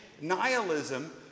nihilism